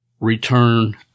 Return